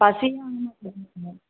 பசியால் அப்படியிருக்குமா